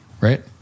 right